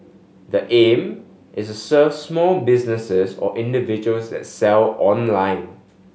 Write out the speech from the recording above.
the aim is serve small businesses or individuals that sell online